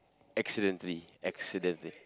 accidentally accidentally